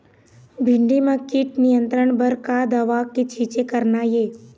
भिंडी म कीट नियंत्रण बर का दवा के छींचे करना ये?